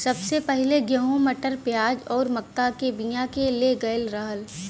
सबसे पहिले गेंहू, मटर, प्याज आउर मक्का के बिया के ले गयल रहल